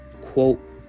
quote